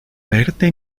verte